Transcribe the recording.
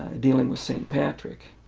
dealing with saint patrick.